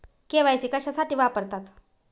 KYC कशासाठी वापरतात?